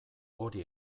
hori